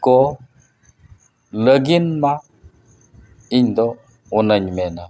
ᱠᱚ ᱞᱟᱹᱜᱤᱱᱢᱟ ᱤᱧ ᱫᱚ ᱚᱱᱟᱧ ᱢᱮᱱᱟ